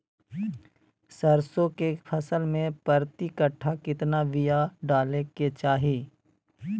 सरसों के फसल में प्रति कट्ठा कितना बिया डाले के चाही?